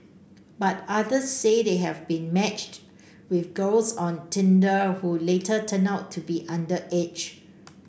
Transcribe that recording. but others say they have been matched with girls on Tinder who later turned out to be underage